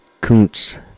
Kuntz